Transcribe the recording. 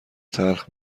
تلخ